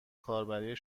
کاربری